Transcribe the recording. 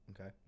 Okay